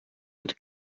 mit